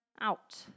out